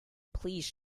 please